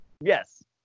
Yes